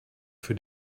für